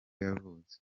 yavutse